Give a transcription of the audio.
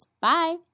Bye